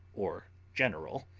or general,